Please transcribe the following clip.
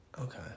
Okay